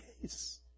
case